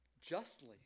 justly